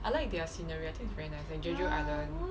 I like their scenery I think is very nice and jeju island